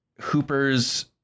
Hooper's